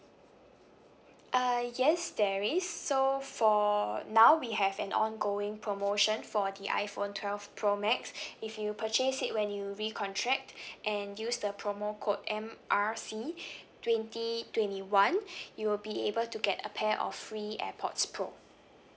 uh yes there is so for now we have an ongoing promotion for the iphone twelve pro max if you purchase it when you recontract and use the promo code M R C twenty twenty one you will be able to get a pair of free airpods pro